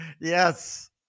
Yes